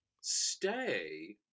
stay